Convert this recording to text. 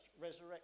resurrection